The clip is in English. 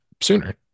sooner